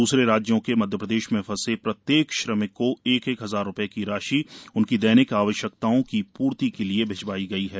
दूसरे राज्यों के मध्यप्रदेश में फंसे प्रत्येक श्रमिक को एक एक हजार रूपए की राशि उनकी दैनिक आवश्यकताओं की पूर्ति के लिए भिजवाई गई है